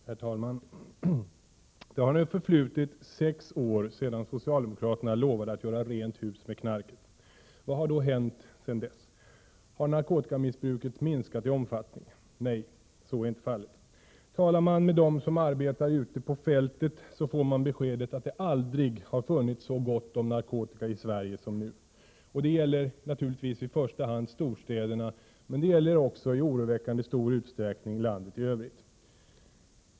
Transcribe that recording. Herr talman! Det har nu förflutit sex år sedan socialdemokraterna lovade att göra ”rent hus med knarket”. Vad har då hänt sedan dess? Har narkotikamissbruket minskat i omfattning? Nej! Så är inte fallet. Talar man med dem som arbetar ute på fältet så får man beskedet att det aldrig har funnits så gott om narkotika i Sverige som nu. Detta gäller naturligtvis i första hand storstäderna, men det gäller också i oroväckande stor utsträckning landet i övrigt.